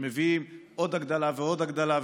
שמביאים עוד הגדלה ועוד הגדלה,